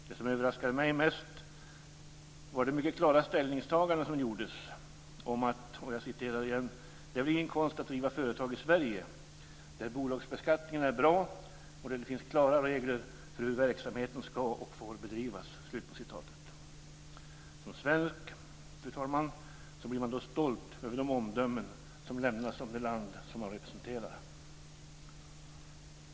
Det som överraskade mig mest var det mycket klara ställningstagande som gjordes: "Det är väl ingen konst att driva företag i Sverige där bolagsbeskattningen är bra och där det finns klara regler för hur verksamheten ska och får bedrivas." Fru talman! Som svensk blir man stolt över de omdömen som lämnas om det land man representerar.